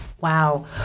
Wow